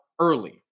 early